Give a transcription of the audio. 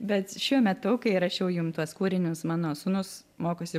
bet šiuo metu kai rašiau jum tuos kūrinius mano sūnus mokosi